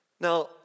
Now